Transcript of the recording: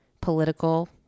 political